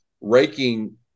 raking